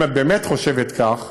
אם את באמת חושבת כך,